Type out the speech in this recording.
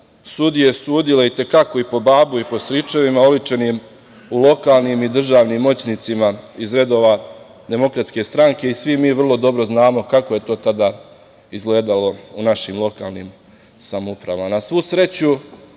sudije sudile itekako i po babu i po stričevima, oličenim u lokalnim i državnim moćnicima iz redova DS. Svi mi vrlo dobro znamo kako je to tada izgledalo u našim lokalnim samoupravama. Na svu sreću,